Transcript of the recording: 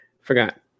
Forgot